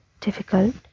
difficult